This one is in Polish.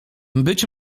być